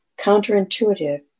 counterintuitive